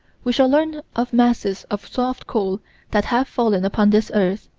we shall learn of masses of soft coal that have fallen upon this earth,